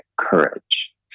courage